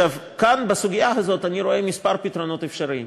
כאן, בסוגיה הזאת, אני רואה כמה פתרונות אפשריים.